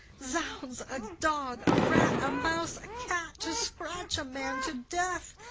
zounds, a dog, a rat, a mouse, a cat, to scratch a man to death!